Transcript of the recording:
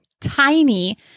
tiny